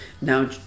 Now